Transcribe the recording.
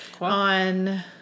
on